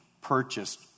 purchased